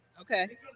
Okay